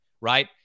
Right